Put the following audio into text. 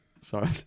Sorry